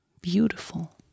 beautiful